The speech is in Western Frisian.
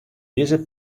dizze